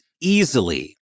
easily